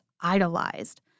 idolized